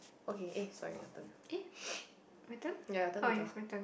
okay eh sorry your turn ya your turn to draw